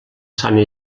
sant